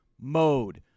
mode